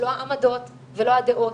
לא העמדות ולא הדעות,